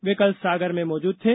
वे कल सागर में मौजूद थे